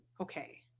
Okay